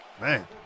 man